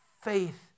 faith